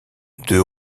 deux